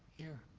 here?